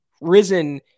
risen